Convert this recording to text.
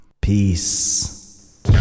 Peace